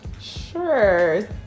Sure